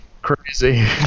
Crazy